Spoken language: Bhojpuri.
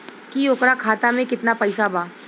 की ओकरा खाता मे कितना पैसा बा?